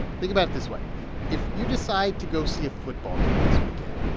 think about it this way if you decide to go see a football game this weekend,